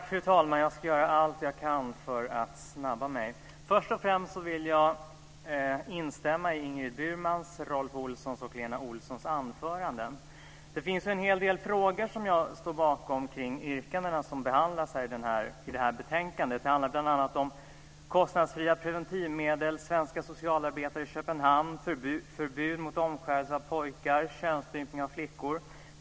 Fru talman! Jag ska göra allt jag kan för att snabba mig. Först och främst vill jag instämma i Ingrid Burmans, Rolf Olssons och Lena Olssons anföranden. Det finns en hel del frågor som jag står bakom bland de yrkanden som behandlas i det här betänkandet. Det handlar bl.a. om kostnadsfria preventivmedel, svenska socialarbetare i Köpenhamn, förbud mot omskärelse av pojkar och könsstympning av flickor.